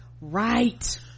right